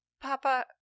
Papa